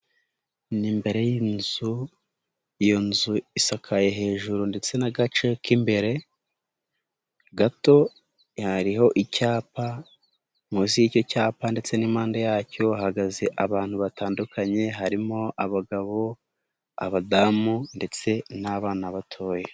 Ni imbere y'inzu, iyo nzu isakaye hejuru ndetse n'agace k'imbere gato hariho icyapa, munsi y'icyo cyapa ndetse n'impande yacyo hahagaze abantu batandukanye, harimo: abagabo, abadamu ndetse n'abana batoya.